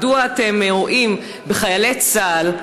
מדוע אתם רואים בחיילי צה"ל,